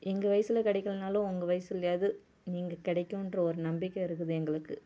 எங்கள் வயிசில் கிடைக்கிலனாலும் உங்கள் வயிசுலேயாவுது நீங்கள் கிடைக்குன்ற ஒரு நம்பிக்கை இருக்குது எங்களுக்கு